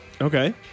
Okay